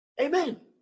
Amen